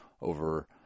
over